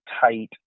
tight